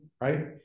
right